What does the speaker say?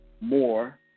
more